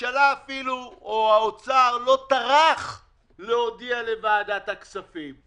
הממשלה או האוצר אפילו לא טרחו להודיע לוועדת הכספים.